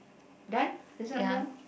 done this one done